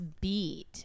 beat